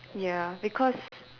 ya because